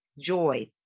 joy